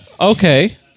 Okay